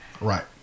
Right